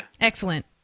Excellent